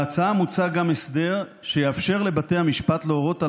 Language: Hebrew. בהצעה מוצע גם הסדר שיאפשר לבתי המשפט להורות על